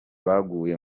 baguye